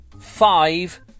five